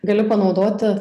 gali panaudoti